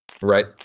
Right